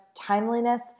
timeliness